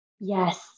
Yes